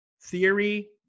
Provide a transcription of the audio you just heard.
theory